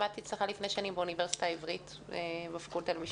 למדתי אצלך לפני שנים באוניברסיטה העברית בפקולטה למשפטים,